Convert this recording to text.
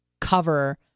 cover